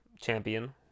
champion